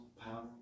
power